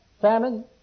famine